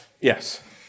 Yes